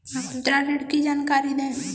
मुद्रा ऋण की जानकारी दें?